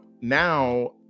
now